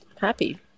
happy